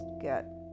get